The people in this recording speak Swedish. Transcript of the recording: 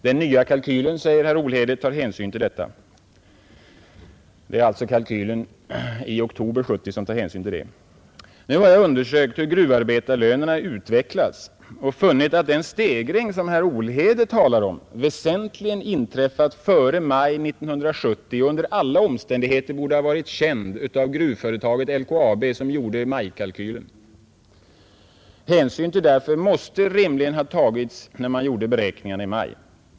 Den nya kalkylen tar hänsyn till detta.” Det är alltså kalkylen i oktober 1970 som tar hänsyn till det. Nu har jag undersökt hur gruvarbetarlönerna utvecklats och funnit att den stegring som herr Olhede talar om väsentligen inträffat före maj 1970 och under alla omständigheter borde ha varit känd av gruvföretaget LKAB som gjorde majkalkylen. Hänsyn till detta måste därför rimligen ha tagits när man gjorde beräkningarna i maj.